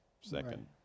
second